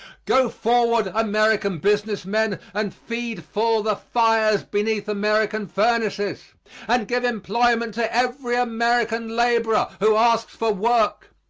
go forward, american business men, and feed full the fires beneath american furnaces and give employment to every american laborer who asks for work.